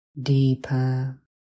deeper